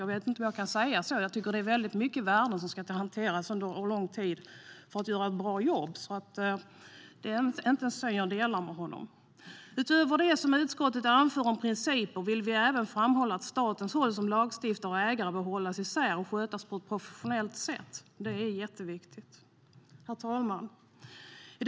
Jag vet inte om jag kan säga så, utan jag tycker att det är mycket stora värden som ska hanteras under lång tid för att man ska göra ett bra jobb. Jag delar alltså inte hans syn. Utöver det som utskottet anför om principer vill vi framhålla att statens roller som lagstiftare och ägare bör hållas isär och skötas på ett professionellt sätt. Det är jätteviktigt. Herr talman!